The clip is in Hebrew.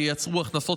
שייצרו הכנסות,